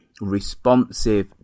responsive